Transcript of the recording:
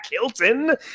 Hilton